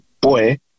boy